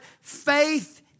faith